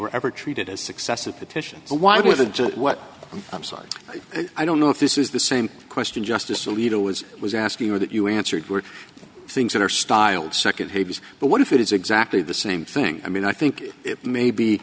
were ever treated as successive petitions why do the job what i'm sorry i don't know if this is the same question justice alito was was asking or that you answered were things that are styled nd he was but what if it is exactly the same thing i mean i think it may be